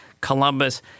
Columbus